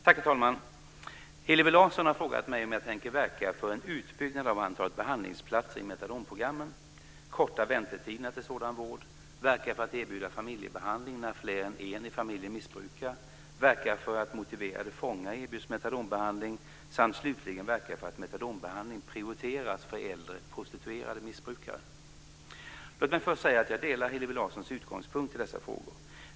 Herr talman! Hillevi Larsson har frågat mig om jag tänker verka för en utbyggnad av antalet behandlingsplatser i metadonprogrammen, korta väntetiderna till sådan vård, verka för att erbjuda familjebehandling när fler än en i familjen missbrukar, verka för att motiverade fångar erbjuds metadonbehandling samt slutligen verka för att metadonbehandling prioriteras för äldre prostituerade missbrukare. Låt mig först säga att jag delar Hillevi Larssons utgångspunkter i dessa frågor.